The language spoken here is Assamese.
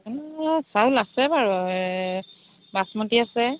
আপোনাৰ চাউল আছে বাৰু বাচমতি আছে